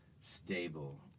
stable